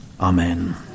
Amen